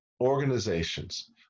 organizations